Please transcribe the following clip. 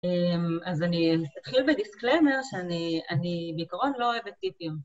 אז אני אתחיל בדיסקלמר שאני בעיקרון לא אוהבת טיפים.